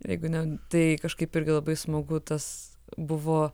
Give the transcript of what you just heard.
jeigu ne tai kažkaip irgi labai smagu tas buvo